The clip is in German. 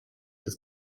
des